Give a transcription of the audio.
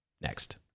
next